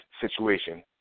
situation